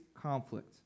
conflict